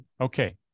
okay